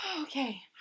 Okay